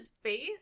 face